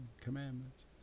commandments